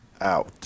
out